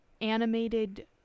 animated